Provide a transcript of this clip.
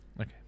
Okay